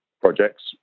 projects